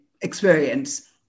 experience